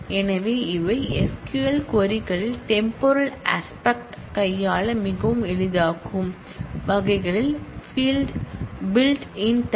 எனவே இவை SQL query களில் டெம்போரல் ஆஸ்பெக்ட் கையாள மிகவும் எளிதாக்கும் வகைகளில் பில்ட் இன் டைப்